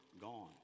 gone